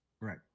Right